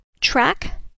track